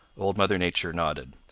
old mother nature nodded.